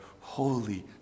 Holy